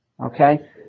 okay